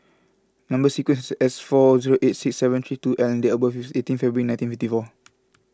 Number Sequence S four zero eight six seven three two L and date of birth is eighteen February nineteen fifty four